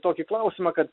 tokį klausimą kad